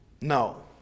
no